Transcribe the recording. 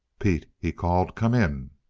pete! he called. come in!